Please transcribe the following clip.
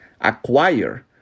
acquire